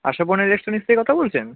Ashapurna electronics থেকে কথা বলছেন